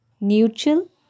neutral